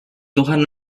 tuhan